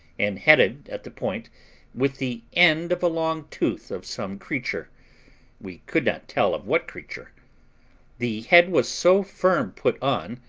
and headed at the point with the end of a long tooth of some creature we could not tell of what creature the head was so firm put on,